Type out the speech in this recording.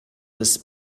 des